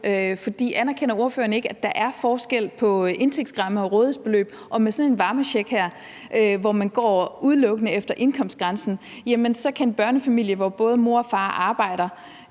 Anerkender ordføreren ikke, at der er forskel på indtægtsrammer og rådighedsbeløb, og med sådan en varmecheck her, hvor man udelukkende går efter indkomstgrænsen, kan det være, at en børnefamilie, hvor både mor og far arbejder,